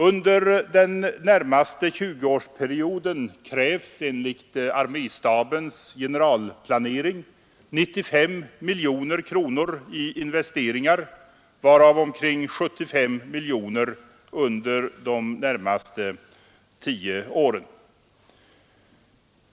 Under den närmaste 20-årsperioden krävs enligt arméstabens generalplanering 95 miljoner kronor i investeringar, varav omkring 75 miljoner under de närmaste tio åren.